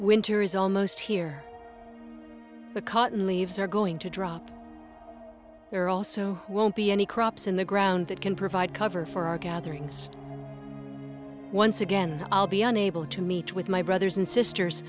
winter is almost here the cotton leaves are going to drop her also won't be any crops in the ground that can provide cover for our gatherings once again i'll be unable to meet with my brothers and sisters